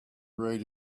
read